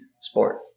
sport